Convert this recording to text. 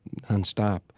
nonstop